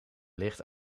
licht